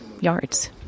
yards